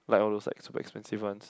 like all those like super expensive ones